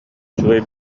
үчүгэй